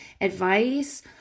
advice